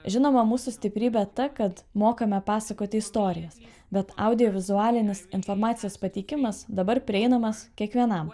žinoma mūsų stiprybė ta kad mokame pasakoti istorijas bet audiovizualinis informacijos pateikimas dabar prieinamas kiekvienam